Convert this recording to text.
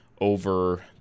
over